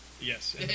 Yes